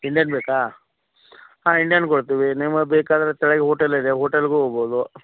Indian ಬೇಕಾ ಹಾಂ Indian ಕೊಡ್ತೀವಿ ನಿಮಗೆ ಬೇಕಾದರೆ ಕೆಳಗ್ ಹೋಟೆಲ್ ಇದೆ ಹೋಟೆಲ್ಗೂ ಹೋಗ್ಬೋದು